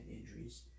injuries